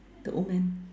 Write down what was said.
the old man